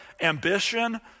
ambition